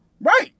right